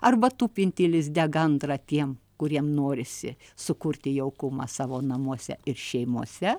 arba tupintį lizde gandrą tiem kuriem norisi sukurti jaukumą savo namuose ir šeimose